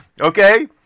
okay